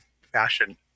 fashion